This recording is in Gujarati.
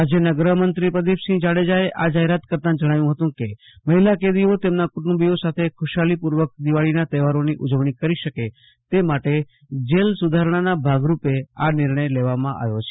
રાજ્યના ગૃહમંત્રી પ્રદીપસિંહ જાડેજાએ આ જાફેરાત કરતા જણાવ્યું ફતું કે મહિલા કેદીઓ તેમના કુટુંબીઓ સાથે ખુશાલીપૂર્વક દિવાળીનાં તહેવારોની ઉજવણી કરી શકે તે માટે જેલ સુધારણાનાં ભાગરૂપે આ નિર્ણય લેવામાં આવ્યો છે